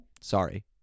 Sorry